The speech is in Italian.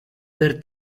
per